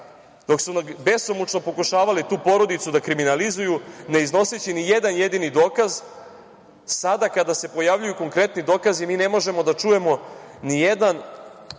dok su besomučno pokušavali tu porodicu da kriminalizuju, ne iznoseći nijedan jedini dokaz, sada kada se pojavljuju konkretni dokazi mi ne možemo da čujemo nijedan